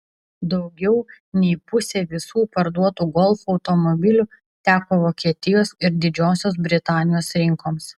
daugiau nei pusė visų parduotų golf automobilių teko vokietijos ir didžiosios britanijos rinkoms